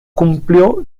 cumplió